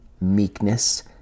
meekness